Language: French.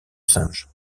singe